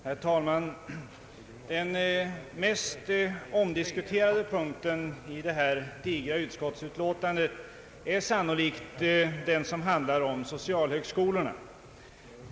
Herr talman! Den mest omdiskuterade punkten i detta digra utskottsutlåtande är sannolikt den som handlar om socialhögskolorna.